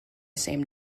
same